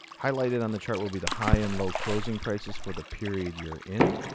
highlighted on the chart will be the high and low closing prices for the period you're in.